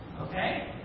Okay